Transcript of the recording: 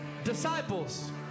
disciples